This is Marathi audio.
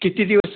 किती दिवस